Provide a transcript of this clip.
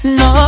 no